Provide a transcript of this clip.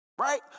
Right